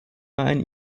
einmal